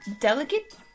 delicate